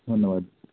ধন্যবাদ